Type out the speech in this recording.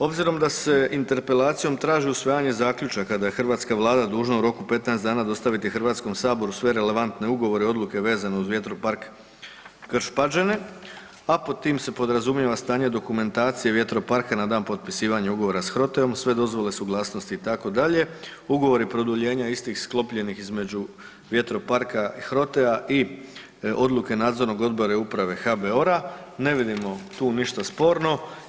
Obzirom da se interpelacijom traži usvajanje zaključaka da je hrvatska Vlada dužna u roku od 15 dana dostaviti Hrvatskom saboru sve relevantne ugovore, odluke vezano uz vjetropark Krš – Pađene, a pod tim se podrazumijeva stanje dokumentacije vjetroparka na dan potpisivanja ugovora sa HROT-om, sve dozvole, suglasnosti itd., ugovori produljenja istih sklopljenih između vjetroparka HROT-a i odluke Nadzornog odbora i Uprave HBOR-a ne vidimo tu ništa sporno.